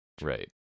Right